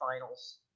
finals